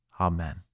Amen